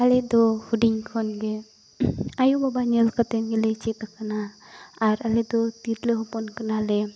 ᱟᱞᱮᱫᱚ ᱦᱩᱰᱤᱧ ᱠᱷᱚᱱᱜᱮ ᱟᱭᱳᱼᱵᱟᱵᱟ ᱧᱮᱞ ᱠᱟᱛᱮ ᱜᱮᱞᱮ ᱪᱮᱫ ᱟᱠᱟᱱᱟ ᱟᱨ ᱟᱞᱮᱫᱚ ᱛᱤᱨᱞᱟᱹ ᱦᱚᱯᱚᱱ ᱠᱟᱱᱟᱞᱮ